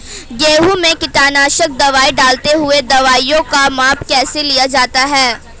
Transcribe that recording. गेहूँ में कीटनाशक दवाई डालते हुऐ दवाईयों का माप कैसे लिया जाता है?